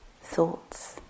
thoughts